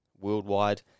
worldwide